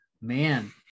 man